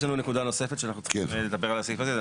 עכשיו יש לנו נקודה נוספת שאנחנו צריכים לדבר על הסעיף הזה.